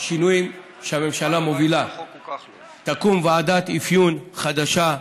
בשינויים שהממשלה מובילה תקום ועדת אפיון חדשה,